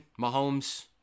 Mahomes